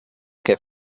que